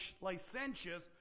licentious